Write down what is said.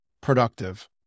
productive